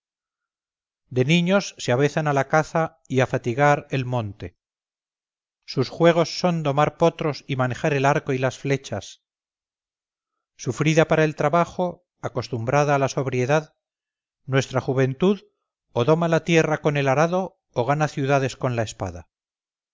de niños se avezan a la caza y a fatigar el monte sus juegos son domar potros y manejar el arco y las flechas sufrida para el trabajo acostumbrada a la sobriedad nuestra juventud o doma la tierra con el arado o gana ciudades con la espada